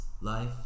life